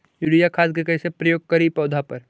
Urea खाद के कैसे प्रयोग करि पौधा पर?